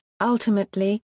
ultimately